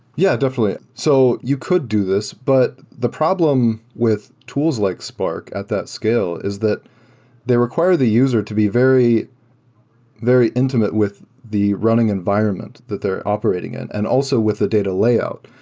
yeah, definitely. so you could do this, but the problem with tools like spark at that scale is that they require the user to be very very intimate with the running environment that they're operating in, and also with a data layout.